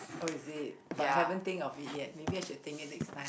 oh is it but I haven't think of it yet maybe I should think it next time